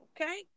Okay